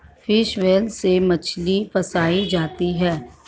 fish wheel से मछली फँसायी जाती है